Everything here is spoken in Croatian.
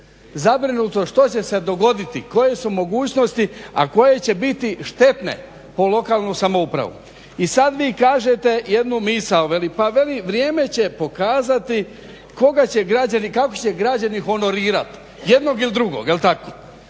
zabrinutost što će se dogoditi, koje su mogućnosti, a koje će biti štetne po lokalnu samoupravu. I sad vi kažete jednu misao, veli, pa veli vrijeme će pokazati koga će građani, kako će građani honorirati jednog ili drugog, je li tako?